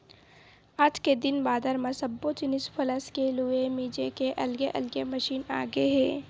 आज के दिन बादर म सब्बो जिनिस फसल के लूए मिजे के अलगे अलगे मसीन आगे हे